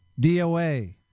DOA